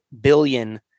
billion